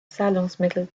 zahlungsmittel